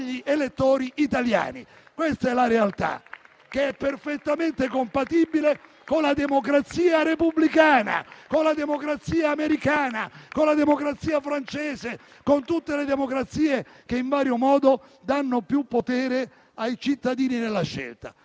è la realtà, che è perfettamente compatibile con la democrazia repubblicana, con la democrazia americana, con la democrazia francese, con tutte le democrazie che in vario modo danno più potere ai cittadini nella scelta.